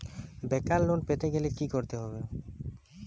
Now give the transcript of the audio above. বেকার লোন পেতে গেলে কি করতে হবে?